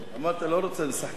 אמרת לא רוצה לשחקן חיזוק,